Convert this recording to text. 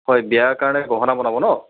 হয় বিয়াৰ কাৰণে গহনা বনাব ন